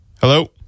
Hello